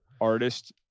artist